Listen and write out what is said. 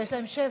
ויש להם שבע.